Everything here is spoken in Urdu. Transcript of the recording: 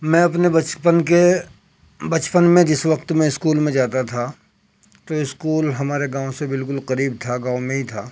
میں اپنے بچپن کے بچپن میں جس وقت میں اسکول میں جاتا تھا تو اسکول ہمارے گاؤں سے بالکل قریب تھا گاؤں میں ہی تھا